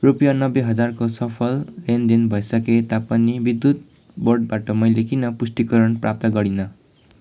रुपियाँ नब्बे हजारको सफल लेनदेन भइसके तापनि विद्युत बोर्डबाट मैले किन पुष्टिकरण प्राप्त गरिनँ